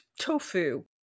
tofu